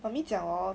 mummy 讲 orh